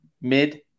mid